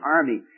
Army